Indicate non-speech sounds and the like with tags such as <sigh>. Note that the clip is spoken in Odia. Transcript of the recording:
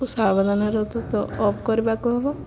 ସାବଧାନ <unintelligible> ଅଫ୍ କରିବାକୁ ହବ